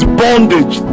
bondage